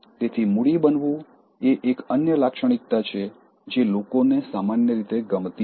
તેથી મૂડી બનવું એ એક અન્ય લાક્ષણિકતા છે જે લોકોને સામાન્ય રીતે ગમતી નથી